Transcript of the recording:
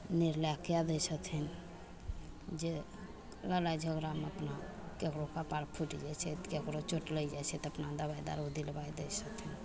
निर्णय कै दै छथिन जे लड़ाइ झगड़ामे कपार फुटि जाइ छै तऽ ककरो चोट लागि जाइ छै तऽ अपना दवाइ दारू दिलबै दै छथिन